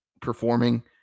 performing